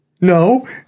No